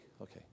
okay